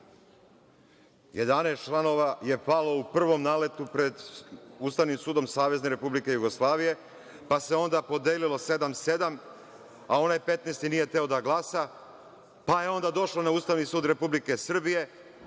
članova je palo u prvom naletu pred Ustavnim sudom Savezne Republike Jugoslavije, pa se onda podelilo sedam-sedam, a onaj petnaesti nije hteo da glasa. Onda je došao na Ustavni sud Republike Srbije,